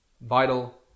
vital